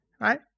Right